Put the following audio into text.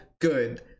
good